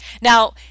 Now